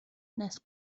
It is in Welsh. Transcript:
nes